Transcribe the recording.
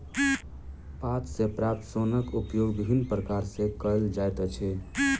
पात सॅ प्राप्त सोनक उपयोग विभिन्न प्रकार सॅ कयल जाइत अछि